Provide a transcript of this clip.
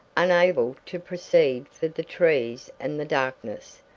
unable to proceed for the trees and the darkness.